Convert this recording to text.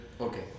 Okay